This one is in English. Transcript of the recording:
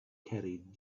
carried